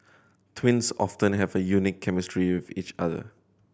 twins often have a unique chemistry with each other